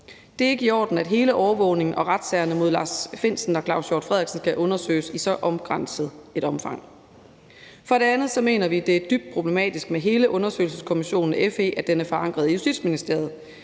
Det er ikke i orden, at hele overvågningen og retssagerne mod Lars Findsen og Claus Hjort Frederiksen skal undersøges i så begrænset et omfang. For det andet mener vi, det er dybt problematisk med hele undersøgelseskommissionen af FE, at den er forankret i Justitsministeriet.